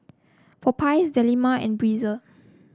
Popeyes Dilmah and Breezer